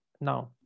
now